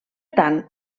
tant